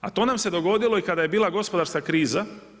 A to nam se dogodili i kada je bila gospodarska kriza.